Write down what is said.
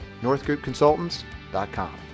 northgroupconsultants.com